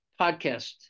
podcast